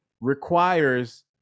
requires